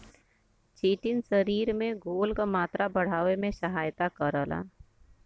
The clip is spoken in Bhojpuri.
चिटिन शरीर में घोल क मात्रा बढ़ावे में सहायता करला